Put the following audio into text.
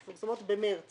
מפורסמות בחודש מרס